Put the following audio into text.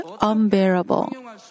unbearable